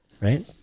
right